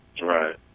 Right